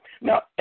Now